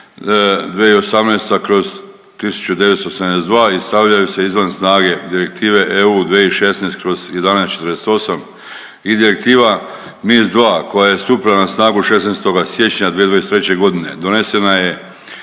2018/1972 i stavljaju se izvan snage Direktive EU 2016/1148 i Direktiva NIS2 koja je stupila na snagu 16. siječnja 2023. godine. Donesena je